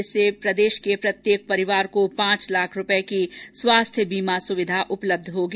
इससे प्रत्येक परिवार को पांच लाख रूपए की स्वास्थ्य बीमा सुविधा उपलब्ध होगी